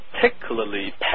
particularly